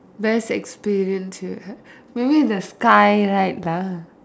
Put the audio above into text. best experience you had maybe the sky light lah